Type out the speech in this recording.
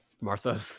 Martha